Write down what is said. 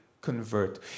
convert